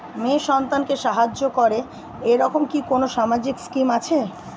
মেয়ে সন্তানকে সাহায্য করে এরকম কি কোনো সামাজিক স্কিম আছে?